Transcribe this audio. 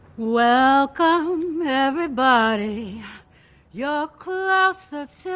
welcome everybody you're closer to